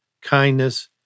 kindness